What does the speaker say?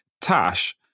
Tash